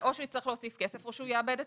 או שהוא יצטרך להוסיף כסף או שהוא יאבד את